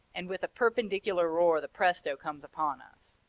and with a perpendicular roar the presto comes upon us.